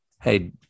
Hey